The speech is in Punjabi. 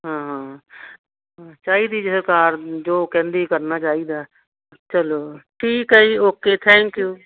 ਚਾਹੀਦੀ ਹੈ ਸਰਕਾਰ ਜੋ ਕਹਿੰਦੀ ਕਰਨਾ ਚਾਹੀਦਾ ਚੱਲੋ ਠੀਕ ਹੈ ਜੀ ਓਕੇ ਥੈਂਕ ਯੂ